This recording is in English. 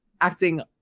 acting